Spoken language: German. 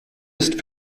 ist